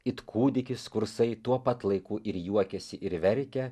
it kūdikis kursai tuo pat laiku ir juokiasi ir verkia